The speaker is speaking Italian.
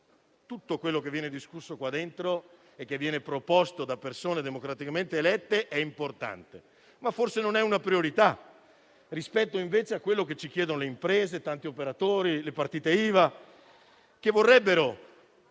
tutto quello che viene discusso in questa sede e che viene proposto da persone democraticamente elette è importante, ma forse non è una priorità rispetto invece a quello che ci chiedono le imprese, tanti operatori, le partite IVA, che vorrebbero